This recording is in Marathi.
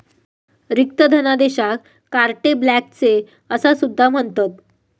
रिक्त धनादेशाक कार्टे ब्लँचे असा सुद्धा म्हणतत